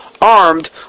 armed